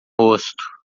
rosto